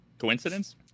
coincidence